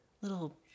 little